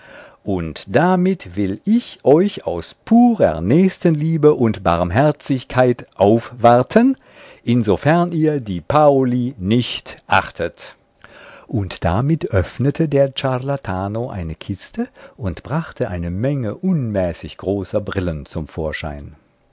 und damit will ich euch aus purer nächstenliebe und barmherzigkeit aufwarten insofern ihr die paoli nicht achtet und damit öffnete der ciarlatano eine kiste und brachte eine menge unmäßig großer brillen zum vorschein